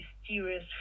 mysterious